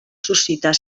suscitar